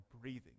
breathing